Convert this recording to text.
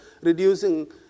reducing